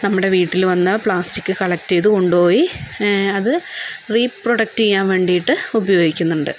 നമ്മുടെ വീട്ടിൽ വന്ന് പ്ലാസ്റ്റിക് കളക്ട് ചെയ്തത് കൊണ്ടുപോയിഅത് റീ പ്രോഡക്ട് ചെയ്യാൻ വേണ്ടിയിട്ട് ഉപയോഗിക്കുന്നുണ്ട്